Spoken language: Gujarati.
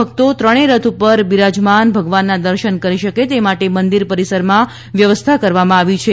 ભકતો ત્રણેય રથ પર બિરાજમાન ભગવાનના દર્શન કરી શકે તે માટે મંદિર પરિસરમાં વ્યવસ્થા કરવામાં આવી છે